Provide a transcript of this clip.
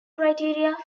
criteria